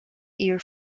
air